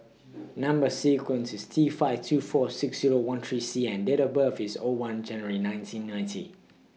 Number sequence IS T five two four six Zero one three C and Date of birth IS O one January nineteen ninety